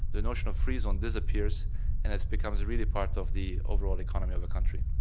the notion of free zone disappears and it becomes really a part of the overall economy of a country.